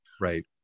Right